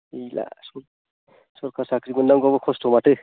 गैला सरकार साख्रि मोनांगौआबो खस्थ' माथो